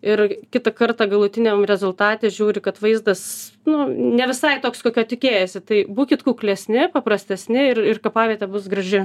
ir kitą kartą galutiniam rezultate žiūri kad vaizdas nu ne visai toks kokio tikėjosi tai būkit kuklesni paprastesni ir ir kapavietė bus graži